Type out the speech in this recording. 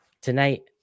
tonight